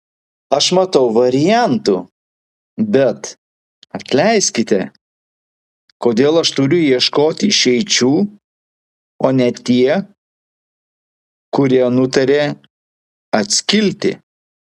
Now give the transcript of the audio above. aš matau variantų bet atleiskite kodėl aš turiu ieškoti išeičių o ne tie kurie nutarė atskilti